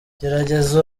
gerageza